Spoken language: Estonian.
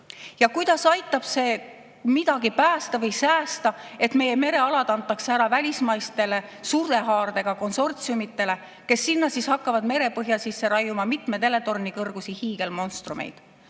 Ja kuidas aitab see midagi päästa või säästa, et meie merealad antakse ära välismaistele suure haardega konsortsiumitele, kes siis hakkavad merepõhja sisse raiuma mitme teletorni kõrgusi hiigelmonstrumeid?